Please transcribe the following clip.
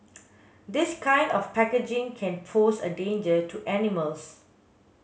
this kind of packaging can pose a danger to animals